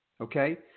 Okay